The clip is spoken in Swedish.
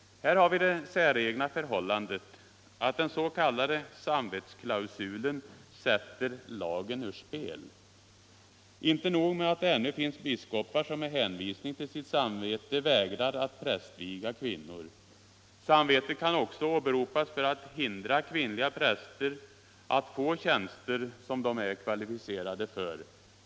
Här har vi det säregna förhållandet att den s.k. samvetsklausulen sätter lagen ur spel. Inte nog med att det finns biskopar som med hänvisning till sitt samvete vägrar att prästviga kvinnor. Samvetet kan också åberopas för att hindra kvinnliga präster att få tjänster de är kvalificerade för.